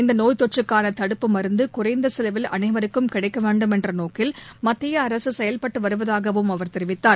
இந்தநோய் தொற்றுக்கானதடுப்பு மருந்துகுறைந்தசெலவில் அளைவருக்கும் கிடைக்கவேன்மென்றநோக்கில் மத்தியஅரசுசெயல்பட்டுவருவதாகவும் அவர் தெரிவித்தார்